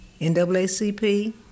NAACP